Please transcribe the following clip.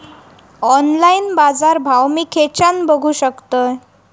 Online बाजारभाव मी खेच्यान बघू शकतय?